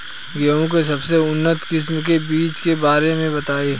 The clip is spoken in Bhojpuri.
गेहूँ के सबसे उन्नत किस्म के बिज के बारे में बताई?